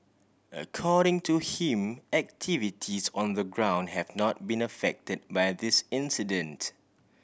according to him activities on the ground have not been affected by this incident